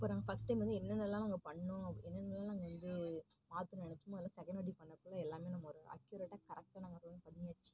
அப்புறம் first time வந்து என்னென்னலான் நாங்கள் பண்ணிணோம் என்னென்னலான் நாங்கள் வந்து மாற்றனுனு நினச்சமோ அதெலான் செகண்டு வாட்டி பண்ணக்கில் எல்லாமே நம்ம ஒரு அக்குயுரெட்டாக கரெக்டாக நாங்கள் வந்து பண்ணியாச்சு